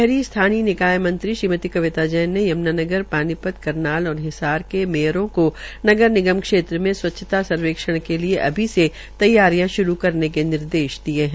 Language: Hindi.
शहरी स्थानीय निकाय मंत्री श्रीमती कविता जैन ने यम्नानगर पानीपत करनाल और हिसार के मेयरों को नगर निगम क्षेत्र के स्वच्छता सर्वेक्षण के लिये अभी से तैयारियां शुरू करने के निर्देश दिये है